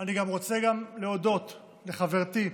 אני רוצה גם להודות לחברתי,